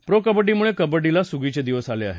pro कबड्डीमुळे कबड्डीला स्गीचे दिवस आले आहेत